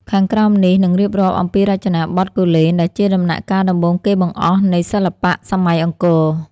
ខាងក្រោមនេះនឹងរៀបរាប់អំពីរចនាបថគូលែន ដែលជាដំណាក់កាលដំបូងគេបង្អស់នៃសិល្បៈសម័យអង្គរ។